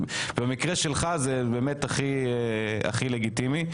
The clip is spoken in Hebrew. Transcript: במקרה שלך זה באמת הכי לגיטימי.